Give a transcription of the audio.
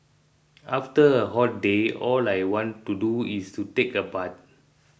after a hot day all I want to do is to take a bath